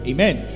Amen